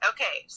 Okay